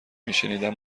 میشنیدم